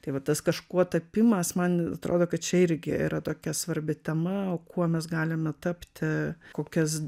tai va tas kažkuo tapimas man atrodo kad čia irgi yra tokia svarbi tema kuo mes galime tapti kokias